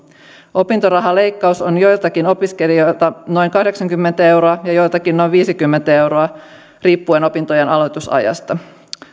opintorahaleikkaus on joiltakin opiskelijoilta noin kahdeksankymmentä euroa ja joiltakin noin viisikymmentä euroa riippuen opintojen aloitusajasta